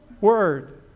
word